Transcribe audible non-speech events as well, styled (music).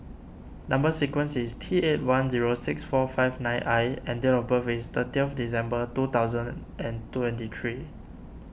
Number Sequence is T eight one zero six four five nine I and date of birth is thirty (unintelligible) December two thousand and twenty three